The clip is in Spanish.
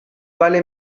vale